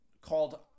called